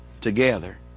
together